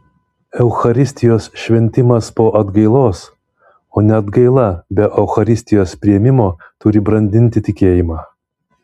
eucharistijos šventimas po atgailos o ne atgaila be eucharistijos priėmimo turi brandinti tikėjimą